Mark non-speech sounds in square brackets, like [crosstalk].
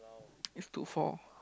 [noise] is two four